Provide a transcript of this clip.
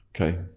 Okay